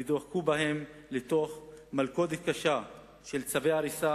ודחקו אותם לתוך מלכודת קשה של צווי הריסה,